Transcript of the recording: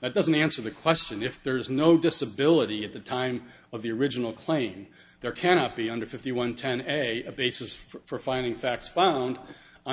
that doesn't answer the question if there is no disability at the time of the original claim there cannot be under fifty one ten as a basis for finding facts found on the